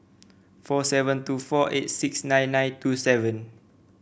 four seven two four eight six nine nine two seven